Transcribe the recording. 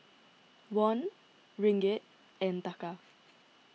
Won Ringgit and Taka